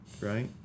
right